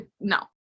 No